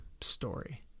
story